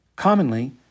Commonly